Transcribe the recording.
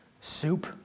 Soup